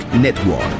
Network